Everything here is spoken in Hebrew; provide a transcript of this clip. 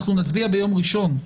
אנחנו נצביע ביום ראשון,